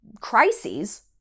crises